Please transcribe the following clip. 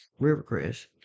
Rivercrest